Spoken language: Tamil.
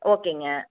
ஓகேங்க